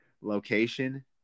location